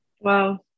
Wow